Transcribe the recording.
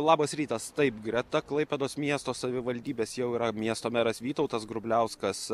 labas rytas taip greta klaipėdos miesto savivaldybės jau yra miesto meras vytautas grubliauskas